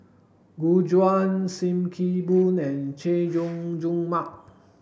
Gu Juan Sim Kee Boon and Chay Jung Jun Mark